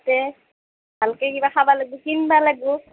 তে ভালকৈ কিবা খাব লাগিব কিনিব লাগিব